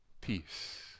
peace